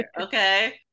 Okay